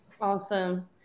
Awesome